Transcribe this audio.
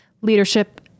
leadership